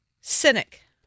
cynic